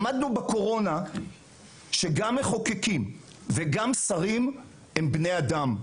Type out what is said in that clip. למדנו בקורונה שגם מחוקקים וגם שרים הם בני אדם,